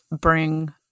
bring